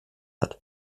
hat